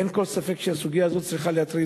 אין כל ספק שהסוגיה הזאת צריכה להטריד